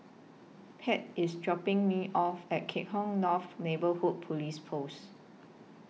Pate IS dropping Me off At Kah Hong North Neighbourhood Police Post